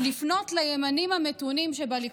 לפנות לימנים המתונים שבליכוד.